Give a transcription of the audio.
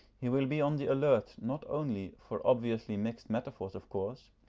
he will be on the alert not only for obviously mixed metaphors of course,